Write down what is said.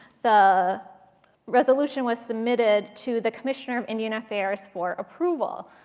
the resolution was submitted to the commissioner of indian affairs for approval.